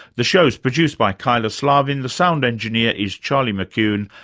the show is produced by kyla slaven, the sound engineer is charlie mckune,